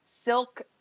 silk